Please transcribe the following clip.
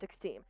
team